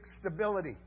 stability